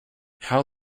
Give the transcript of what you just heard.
how